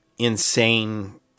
insane